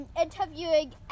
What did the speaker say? Interviewing